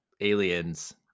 aliens